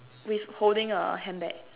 with holding a handbag